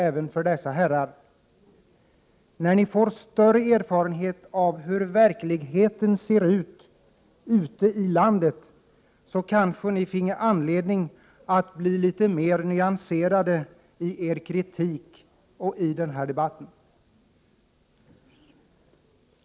När ni får större erfarenhet av hur verkligheten ter sig ute i landet kanske ni får anledning att bli litet nyanserade i er kritik och i debatten.